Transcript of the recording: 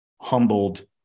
humbled